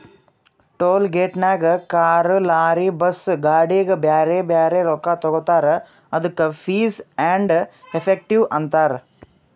toll ಗೇಟ್ನಾಗ್ car, lorry, bus, ಗಾಡಿಗ ಬ್ಯಾರೆ ಬ್ಯಾರೆ ರೊಕ್ಕಾ ತಗೋತಾರ್ ಅದ್ದುಕ ಫೀಸ್ ಆ್ಯಂಡ್ ಎಫೆಕ್ಟಿವ್ ಅಂತಾರ್